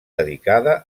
dedicada